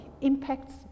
impacts